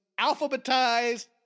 alphabetized